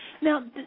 Now